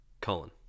Colin